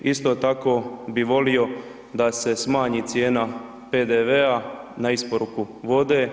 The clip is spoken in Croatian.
Isto tako bi volio da se smanji cijena PDV-a na isporuku vode.